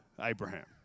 Abraham